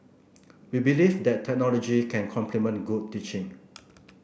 we believe that technology can complement good teaching